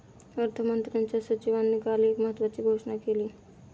अर्थमंत्र्यांच्या सचिवांनी काल एक महत्त्वाची घोषणा केली